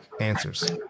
answers